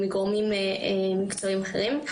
מגורמים מקצועיים אחרים.